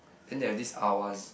then there is this Awaz